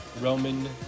Roman